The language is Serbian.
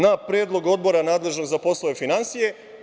Na predlog Odbora nadležnog za poslove finansija.